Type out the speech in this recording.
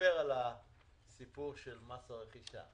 אדבר על הסיפור של מס הרכישה.